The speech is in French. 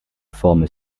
forme